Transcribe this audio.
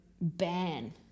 ban